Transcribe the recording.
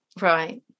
Right